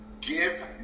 give